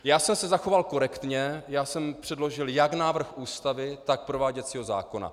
Já jsem se zachoval korektně, já jsem předložil jak návrh Ústavy, tak prováděcího zákona.